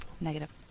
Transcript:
Negative